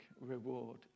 reward